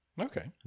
Okay